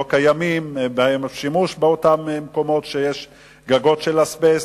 קיים בהם שימוש באותם מקומות שיש גגות של אזבסט.